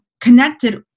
connected